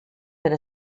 been